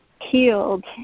healed